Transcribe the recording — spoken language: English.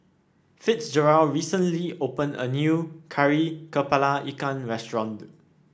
Fitzgerald recently opened a new Kari kepala Ikan restaurant